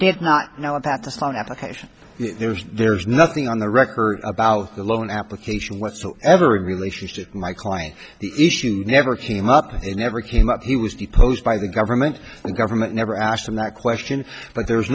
did not know that the phone application there's there's nothing on the record about the loan application what so ever in relationship my client the issue never came up and they never came up he was deposed by the government the government never asked him that question but there was